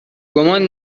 گمان